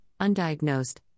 undiagnosed